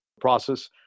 process